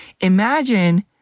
Imagine